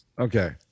Okay